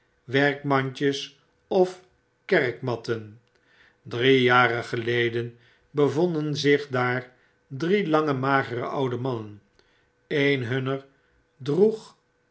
werkmandjes of kerkmatten drie jaren geleden bevonden zich daar drie lange magere oude mannen een bunner droegien